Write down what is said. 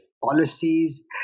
policies